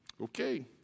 Okay